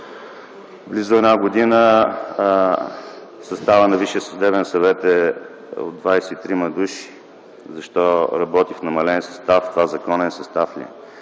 близо една година състава на Висшия съдебен съвет е от 23 души? Защо работи в намален състав? Това законен състав ли е?